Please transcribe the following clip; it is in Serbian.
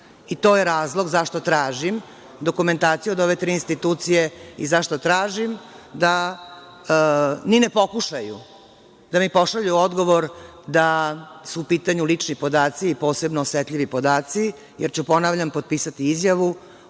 To je razlog zašto tražim dokumentaciju od ove tri institucije i zašto tražim da ni ne pokušaju da mi pošalju odgovor da su u pitanju lični podaci i posebno osetljivi podaci jer ću, ponavljam, potpisati izjavu